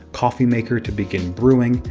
coffeemaker to begin brewing,